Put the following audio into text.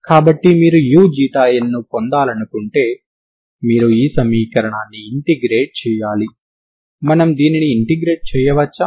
కాబట్టి మీరు uξη ను పొందాలనుకుంటే మీరు ఈ సమీకరణాన్ని ఇంటిగ్రేట్ చేయాలి మనము దీనిని ఇంటిగ్రేట్ చేయవచ్చా